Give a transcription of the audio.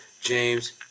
James